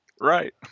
Right